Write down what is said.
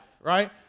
right